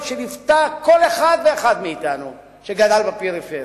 שליוותה כל אחד ואחד מאתנו שגדל בפריפריה,